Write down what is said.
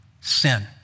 sin